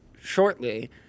shortly